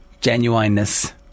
genuineness